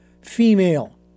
female